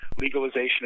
legalization